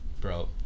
bro